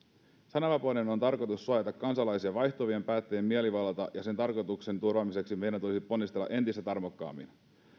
sananvapauden on tarkoitus suojata kansalaisia vaihtuvien päättäjien mielivallalta ja sen tarkoituksen turvaamiseksi meidän tulisi ponnistella entistä tarmokkaammin